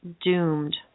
Doomed